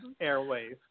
Airways